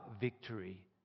victory